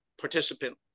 participant